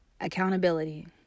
Accountability